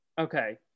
Okay